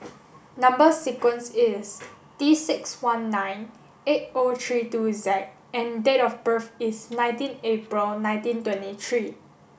number sequence is T six one nine eight O three two Z and date of birth is nineteen April nineteen twenty three